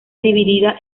dividida